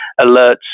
alerts